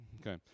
Okay